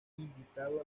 invitado